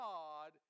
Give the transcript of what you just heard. God